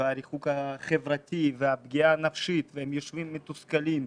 הריחוק החברתי והפגיעה הנפשית מתוסכלים.